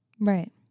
right